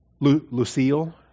Lucille